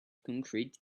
concrete